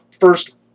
first